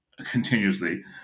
continuously